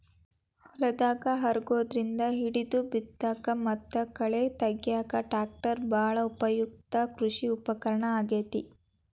ಹೊಲದಾಗ ಹರಗೋದ್ರಿಂದ ಹಿಡಿದು ಬಿತ್ತಾಕ ಮತ್ತ ಕಳೆ ತಗ್ಯಾಕ ಟ್ರ್ಯಾಕ್ಟರ್ ಬಾಳ ಉಪಯುಕ್ತ ಕೃಷಿ ಉಪಕರಣ ಆಗೇತಿ